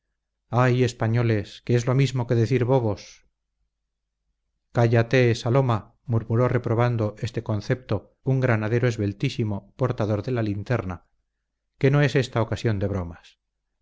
ay españoles que es lo mismo que decir bobos cállate saloma murmuró reprobando este concepto un granadero esbeltísimo portador de la linterna que no es ésta ocasión de bromas